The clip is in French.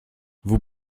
vous